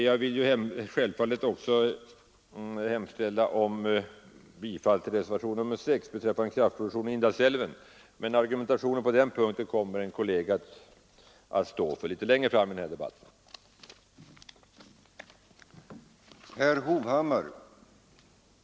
Jag vill självfallet också hemställa om bifall till reservationen 6, beträffande kraftproduktion i Indalsälven, men argumentationen på den punkten kommer att utvecklas av en kollega litet längre fram i denna debatt. Detsamma gäller reservationerna 7 och 8.